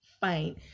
fine